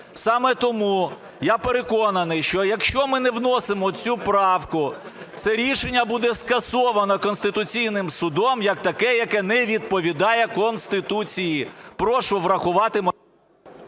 Саме тому я переконаний, що якщо ми не вносимо цю правку, це рішення буде скасоване Конституційним Судом як таке, яке не відповідає Конституції. Прошу врахувати...